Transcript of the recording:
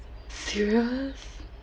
serious